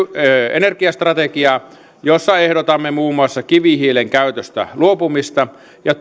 energiastrategiaa jossa ehdotamme muun muassa kivihiilen käytöstä luopumista ja